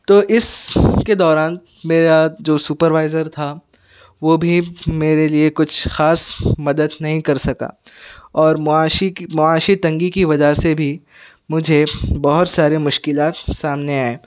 تو اس کے دوران میرا جو سپروائزر تھا وہ بھی میرے لیے کچھ خاص مدد نہیں کر سکا اور معاشی کی معاشی تنگی کی وجہ سے بھی مجھے بہت سارے مشکلات سامنے آئے